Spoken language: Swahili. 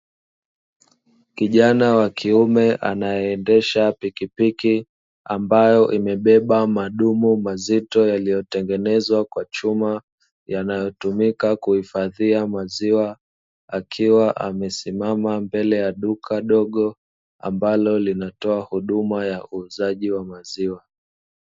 Kijana wa kiume anaendesha pikipiki ambayo imebeba madumu mazito, yaliyotengenezwa kwa chuma. Yanayotumika kuhifadhia maziwa akiwa amesimama mbele ya duka dogo, ambalo linatoa huduma ya uuzaji wa maziwa.